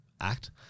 act